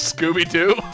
Scooby-Doo